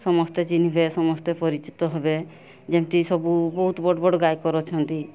ସମସ୍ତେ ଚିହ୍ନିବେ ସମସ୍ତେ ପରିଚିତ ହେବେ ଯେମିତି ସବୁ ବହୁତ ବଡ଼ ବଡ଼ ଗାୟକ ଅଛନ୍ତି